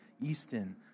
Easton